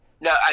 No